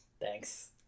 Thanks